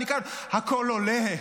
הכול עולה.